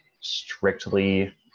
strictly